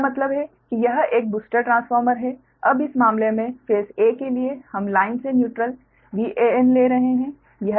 मेरा मतलब है कि यह एक बूस्टर ट्रांसफार्मर है अब इस मामले में फेस 'a' के लिए हम लाइन से न्यूट्रल Van ले रहे हैं